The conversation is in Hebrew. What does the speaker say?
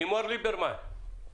לימור ליברמן לביא,